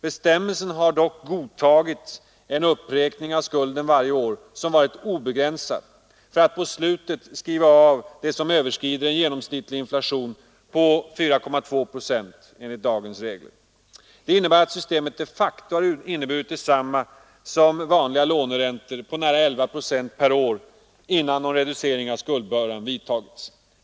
Bestämmelsen har godtagit en uppräkning av skulden varje år som varit obegränsad. I stället avskrivs på slutet enligt dagens regler det som överskrider en genomsnittlig inflation på 4,2 procent. Utfallet av systemet har alltså de facto varit detsamma som med vanliga låneräntor på nära 11 procent per år innan någon reducering av skuldbördan vidtagits.